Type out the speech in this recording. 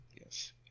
Yes